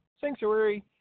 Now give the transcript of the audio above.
Sanctuary